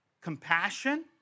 compassion